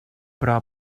però